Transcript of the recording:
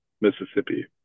Mississippi